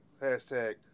Hashtag